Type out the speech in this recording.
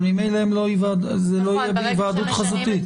רצינו את